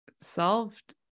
solved